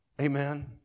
Amen